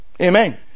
Amen